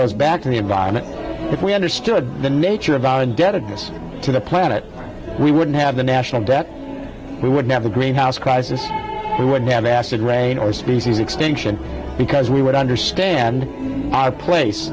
goes back to the environment if we understood the nature of our indebtedness to the planet we wouldn't have the national debt we would have a greenhouse crisis we wouldn't have acid rain or species extinction because we would understand our place